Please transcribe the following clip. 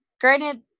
granted